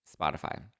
Spotify